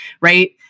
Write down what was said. right